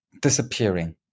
disappearing